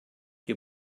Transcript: you